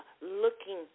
looking